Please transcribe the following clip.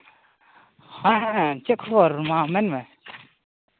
ᱦᱮᱸ ᱦᱮᱸ ᱪᱮᱫ ᱠᱷᱚᱵᱚᱨ ᱢᱟ ᱢᱮᱱ ᱢᱮ